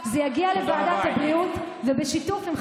שר הבריאות שלך מתנגד.